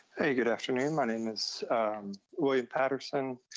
hey, good afternoon, my name is william patterson.